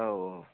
औ औ